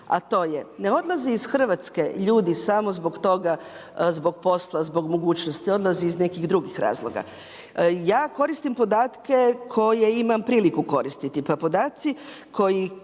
A to je ne odlazi iz Hrvatske ljudi samo zbog toga, zbog posla, zbog mogućnosti, odlaze iz nekih drugih razloga. Ja koristim podatke koje imam priliku koristiti, pa podaci koji